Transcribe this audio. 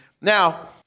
Now